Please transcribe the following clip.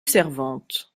servante